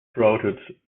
sprouted